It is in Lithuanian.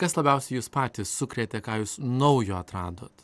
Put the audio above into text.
kas labiausiai jus patį sukrėtė ką jūs naujo atradot